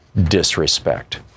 disrespect